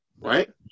Right